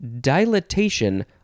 dilatation